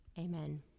amen